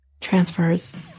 transfers